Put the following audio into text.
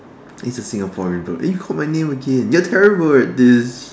it's a Singaporean burp you called my name again you are terrible at this